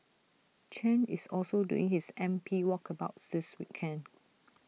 Chen is also doing his M P walkabouts this weekend